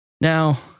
Now